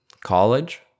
college